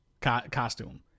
costume